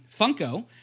funko